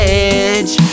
edge